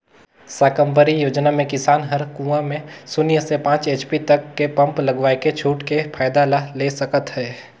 साकम्बरी योजना मे किसान हर कुंवा में सून्य ले पाँच एच.पी तक के पम्प लगवायके छूट के फायदा ला ले सकत है